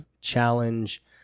challenge